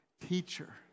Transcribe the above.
Teacher